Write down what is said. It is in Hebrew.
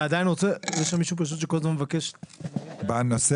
יש הרבה